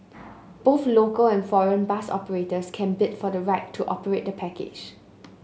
both local and foreign bus operators can bid for the right to operate the package